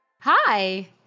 Hi